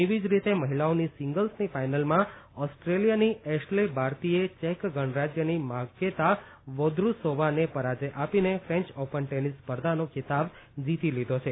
એવી જ રીતે મહિલાઓની સિંગલ્સની ફાઇનલમાં ઓસ્ટ્રેલિયાની એશલે બાર્તીએ ચેક ગણરાજ્યની માર્કેતા વોદ્રુસોવાને પરાજય આપીને ફેંચ ઓપન ટેનિસ સ્પર્ધાનો ખીતાબ જીતી લીધો છે